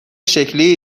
شکلی